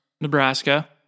Nebraska